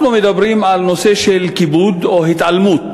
אנחנו מדברים על נושא של כיבוד או התעלמות